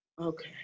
Okay